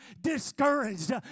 discouraged